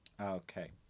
okay